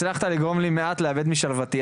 הצלחת לגרום לי לאבד מעט משלוותי.